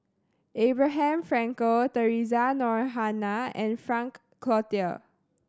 Abraham Frankel Theresa Noronha and Frank Cloutier